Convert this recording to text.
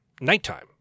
nighttime